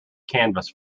canvas